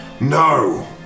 No